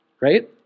Right